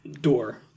door